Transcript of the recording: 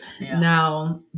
now